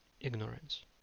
ignorance